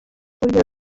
urugero